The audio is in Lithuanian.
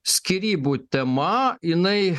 skyrybų tema jinai